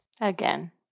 Again